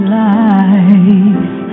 life